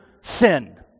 sin